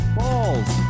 balls